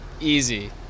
easy